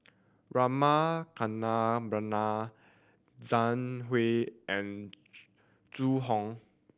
Rama Kannabiran Zhang Hui and Zhu Hong